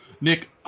Nick